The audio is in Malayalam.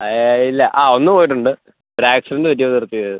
ഇല്ല ആ ഒന്ന് പോയിട്ടുണ്ട് ഒരു ആക്സിഡൻറ് പറ്റി നിർത്തിയത് അത്